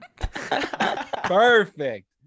Perfect